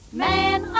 man